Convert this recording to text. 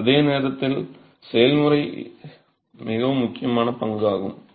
அதே நேரத்தில் செயல்முறையின் மிக முக்கியமான பகுதியாகும்